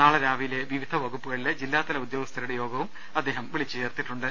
നാളെ രാവിലെ വിവിധ വകുപ്പു കളിലെ ജില്ലാതല ഉദ്യോഗസ്ഥരുടെ യോഗവും അദ്ദേഹം വിളിച്ചുചേർത്തി ട്ടുണ്ട്